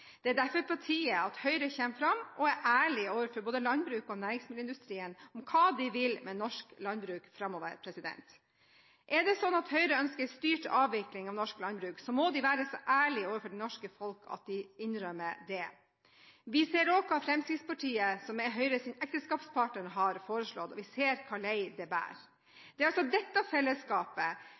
fram og er ærlige overfor både landbruket og næringsmiddelindustrien om hva de vil med norsk landbruk framover. Er det slik at Høyre ønsker styrt avvikling av norsk landbruk, må de være så ærlige overfor det norske folk at de innrømmer det. Vi ser også hva Fremskrittspartiet, som er Høyres ekteskapspartner, har foreslått, og vi ser hvilken vei det bærer. Det er altså dette fellesskapet